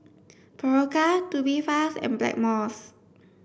Berocca Tubifast and Blackmores